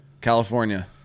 California